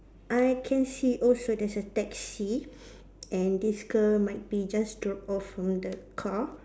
I can see also there's a taxi and this girl might be just drop off from the car